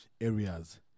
areas